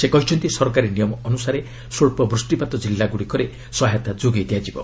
ସେ କହିଛନ୍ତି ସରକାରୀ ନିୟମ ଅନୁଯାୟୀ ସ୍ୱଚ୍ଚ ବୃଷ୍ଟିପାତ ଜିଲ୍ଲାଗୁଡ଼ିକରେ ସହାୟତା ଯୋଗାଇ ଦିଆଯିବ